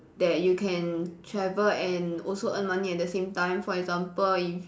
that you can travel and also earn money at the same time for example if